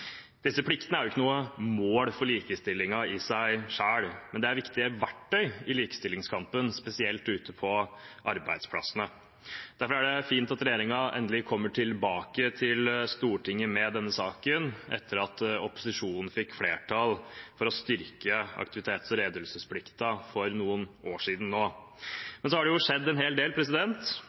Disse pliktene er ikke noe mål for likestillingen i seg selv, men er viktige verktøy i likestillingskampen, spesielt ute på arbeidsplassene. Derfor er det fint at regjeringen endelig kommer tilbake til Stortinget med denne saken, etter at opposisjonen fikk flertall for å styrke aktivitets- og redegjørelsesplikten for noen år siden. Men med tanke på hvordan disse pliktene var før 2017, har det skjedd en hel del